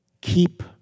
keep